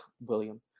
William